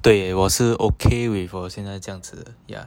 对 ah 我是 okay with 我现在这样子 ya